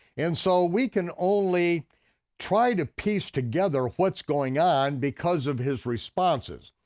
and so we can only try to piece together what's going on because of his responses.